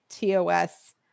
TOS